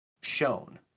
shown